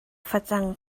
facang